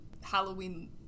Halloween